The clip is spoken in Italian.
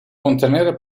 contenere